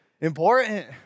important